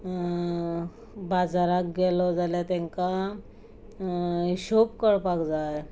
बाजरांत गेलो जाल्यार तेंकां हिशोब कळपाक जाय